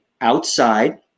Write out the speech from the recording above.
outside